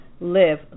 live